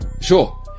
sure